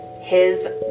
his-